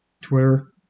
Twitter